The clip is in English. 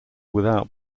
without